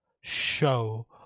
show